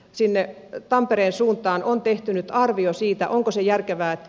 siinä että tampereen suuntaan on tehty arvio siitä onko se järkevän